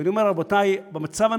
ואני אומר, רבותי, במצב הנוכחי,